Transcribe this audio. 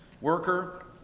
worker